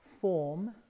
form